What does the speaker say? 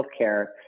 healthcare